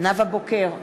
נאוה בוקר,